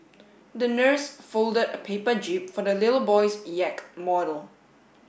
the nurse folded a paper jib for the little boy's yacht model